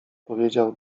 powiedział